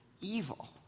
evil